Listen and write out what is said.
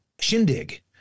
Shindig